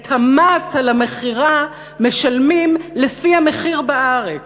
את המס על המכירה משלמים לפי המחיר בארץ.